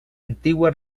antigua